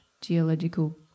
geological